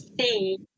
see